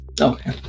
Okay